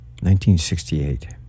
1968